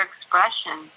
expression